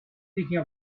picking